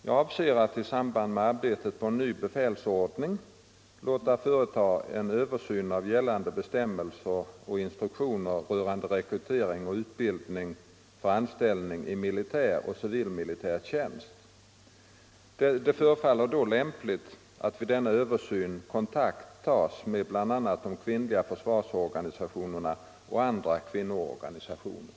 Jag avser att i samband med arbetet på en ny befälsordning låta företa en översyn av gällande bestämmelser och instruktioner rörande rekrytering och utbildning för anställning i militär och civilmilitär tjänst. Det förefaller då lämpligt att vid denna översyn kontakt tas med bl.a. de kvinnliga försvarsorganisationerna och andra kvinnoorganisationer.